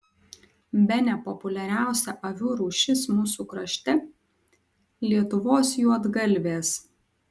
bene populiariausia avių rūšis mūsų krašte lietuvos juodgalvės